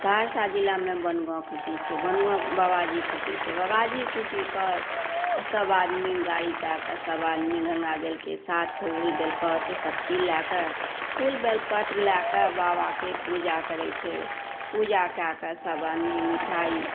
सहरसा जिलामे बनगाँव कुटी छै बनगाँव बबाजी कुटी छै बबाजी कुटीपर सबआदमी गाड़ी कऽ कऽ सबआदमी गङ्गाजलके साथ फूल बेलपत्र सबचीज लऽ कऽ फूल बेलपत्र लऽ कऽ बाबाके पूजा करै छै पूजा कऽ कऽ सबआदमी मिठाइ